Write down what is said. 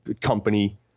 company